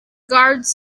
guards